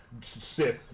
Sith